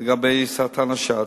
לגבי סרטן השד.